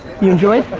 you enjoyed?